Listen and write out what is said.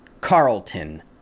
Carlton